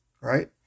Right